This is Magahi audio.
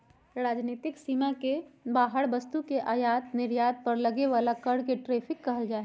राजनीतिक सीमा से बाहर वस्तु के आयात निर्यात पर लगे बला कर के टैरिफ कहल जाइ छइ